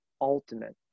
ultimate